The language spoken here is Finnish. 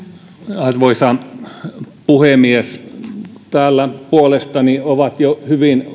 arvoisa puhemies täällä puolestani ovat jo hyvin